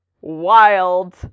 Wild